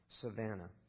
savannah